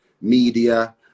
media